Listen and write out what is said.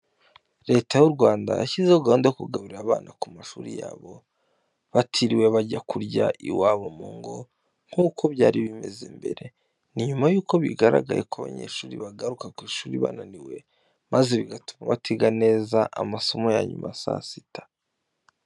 Leta y'u Rwanda yashyizeho gahunda yo kugaburira abana ku mashuri yabo batiriwe bajya kurya iwabo mu ngo nk'uko byari bimeze mbere. Ni nyuma y'uko bigaragaye ko abanyeshuri bagaruka ku ishuri bananiwe maze bigatuma batiga neza amasomo ya nyuma ya saa sita.